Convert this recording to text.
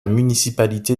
municipalité